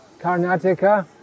Karnataka